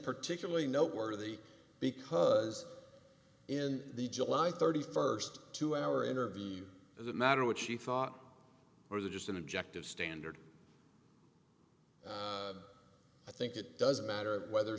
particularly noteworthy because in the july thirty first two hour interview as a matter what she thought or the just an objective standard i think it doesn't matter whether